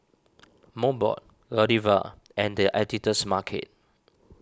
Mobot Godiva and the Editor's Market